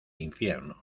infierno